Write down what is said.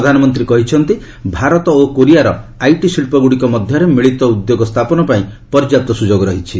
ପ୍ରଧାନମନ୍ତ୍ରୀ କହିଛନ୍ତି ଭାରତ ଓ କୋରିଆର ଆଇଟି ଶିଳ୍ପଗୁଡ଼ିକ ମଧ୍ୟରେ ମିଳିତ ଉଦ୍ୟୋଗ ସ୍ଥାପନ ପାଇଁ ପର୍ଯ୍ୟାପ୍ତ ସୁଯୋଗ ରହିଛି